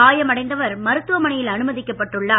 காயமடைந்தவர் மருத்துவமனையில் அனுமதிக்கப்பட்டு உள்ளார்